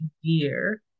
year